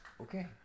Okay